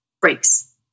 breaks